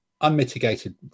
Unmitigated